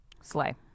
Slay